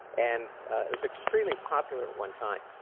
and ah it was extremely popular at one time,